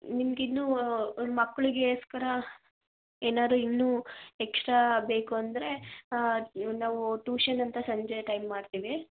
ನಿಮ್ಗೆ ಇನ್ನು ಮಕ್ಳಿಗೋಸ್ಕರ ಏನಾದ್ರು ಇನ್ನು ಎಕ್ಸ್ಟ್ರಾ ಬೇಕು ಅಂದರೆ ನಾವು ಟ್ಯೂಷನ್ ಅಂಥ ಸಂಜೆ ಟೈಮ್ ಮಾಡ್ತೀವಿ